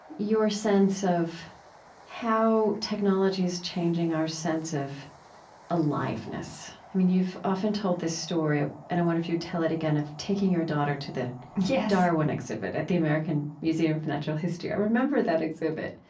your sense of how technology is changing our sense of aliveness. i mean, you've often told this story, and i wonder if you'd tell it again, of taking your daughter to the yeah darwin exhibit at the american museum of natural history. i remember that exhibit.